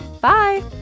Bye